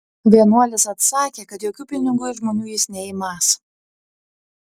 vienuolis atsakė kad jokių pinigų iš žmonių jis neimąs